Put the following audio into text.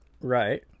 Right